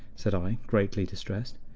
said i, greatly distressed.